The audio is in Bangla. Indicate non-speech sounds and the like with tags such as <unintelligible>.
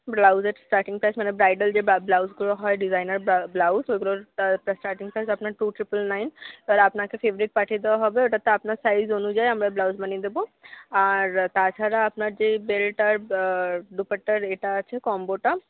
ব্লাউজের স্টার্টিংটা আছে মানে ব্রাইডাল যে <unintelligible> ব্লাউজগুলো হয় ডিজাইনার <unintelligible> ব্লাউজ ওগুলোর স্টার্টিং প্রাইস আপনার টু ট্রিপল নাইন এবার আপনাকে ফেব্রিক পাঠিয়ে দেওয়া হবে ওটাতে আপনার সাইজ অনুযায়ী আমরা ব্লাউজ বানিয়ে দেবো আর তাছাড়া আপনার যে বেল্ট আর দুপাট্টার এটা আছে কম্বোটা